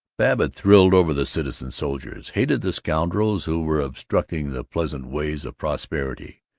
babbitt thrilled over the citizen-soldiers, hated the scoundrels who were obstructing the pleasant ways of prosperity,